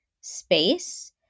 space